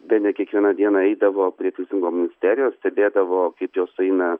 bene kiekvieną dieną eidavo prie teisingumo ministerijos stebėdavo kaip jos eina